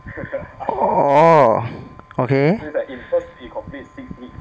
oh okay